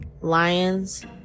lions